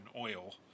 oil